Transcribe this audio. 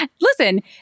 Listen